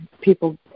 people